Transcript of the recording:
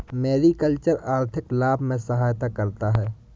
mariculture आर्थिक लाभ में सहायता करता है